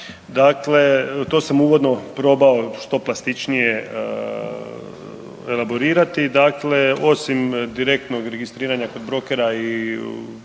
dakle to sam uvodno probao što plastičnije elaborirati. Dakle, osim direktnog registriranja kod brokera i